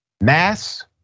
mass